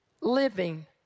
living